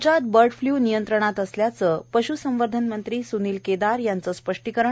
राज्यात bird flu नियंत्रणात असल्याच पशू संवर्धन मंत्री सुनील केदार यांचं स्पष्टीकरण